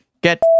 Get